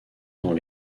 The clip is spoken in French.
dans